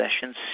sessions